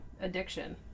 addiction